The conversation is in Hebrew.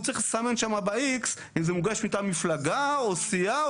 צריך לסמן שם באיקס אם זה מוגש מטעם מפלגה או סיעה,